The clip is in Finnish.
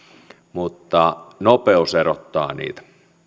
mutta nopeus erottaa niitä